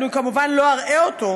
אני כמובן לא אראה אותו,